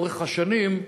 לאורך השנים,